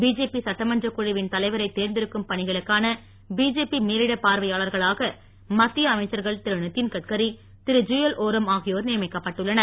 BJP சட்டமன்றக் குழுவின் தலைவரை தேர்ந்தெடுக்கும் பணிகளுக்கான பிஜேபி மேலிட பார்வையாளர்களாக மத்திய அமைச்சர்கள் திருநித்தின் கட்கரி திருஜுயல் ஓராம் ஆகியோர் நியமிக்கப்பட்டுள்ளனர்